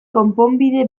konponbide